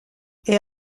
est